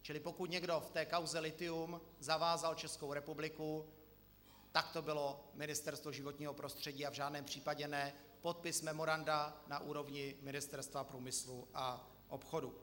Čili pokud někdo v té kauze lithium zavázal Českou republiku, tak to bylo Ministerstvo životního prostředí, a v žádném případě ne podpis memoranda na úrovni Ministerstva průmyslu a obchodu.